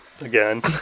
again